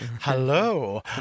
Hello